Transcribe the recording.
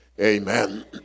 amen